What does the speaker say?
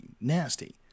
nasty